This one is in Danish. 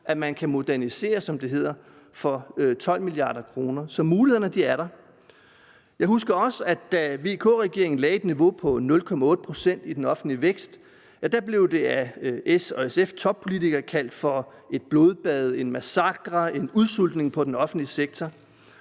som det hedder, for 12 mia. kr., så mulighederne er der. Jeg husker også, at da VK-regeringen lagde et niveau på 0,8 pct. i den offentlige vækst, blev det af S' og SF's toppolitikere kaldt for et blodbad, en massakre, en udsultning af den offentlige sektor.